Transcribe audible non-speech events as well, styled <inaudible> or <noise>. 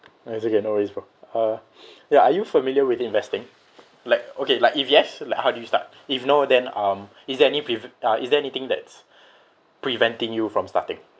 it's okay no worries bro uh ya are you familiar with investing like okay like if yes like how do you start if no then um is there any prev~ uh is there anything that's <breath> preventing you from starting